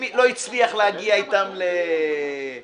אם לא הצליח להגיע א יתם להבנות,